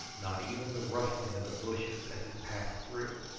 not even the rustling of the bushes as it passed through.